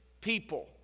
people